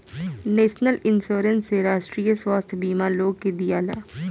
national insurance से राष्ट्रीय स्वास्थ्य बीमा लोग के दियाला